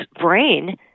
brain